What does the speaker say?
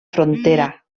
frontera